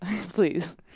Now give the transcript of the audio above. Please